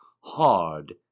hard